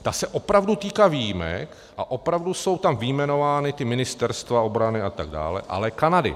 Ta se opravdu týká výjimek a opravdu jsou tam vyjmenována ta ministerstva obrany atd., ale Kanady.